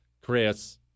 Chris